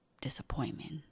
disappointment